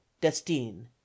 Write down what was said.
Destine